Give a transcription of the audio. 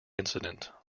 incident